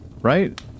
Right